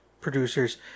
producers